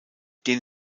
den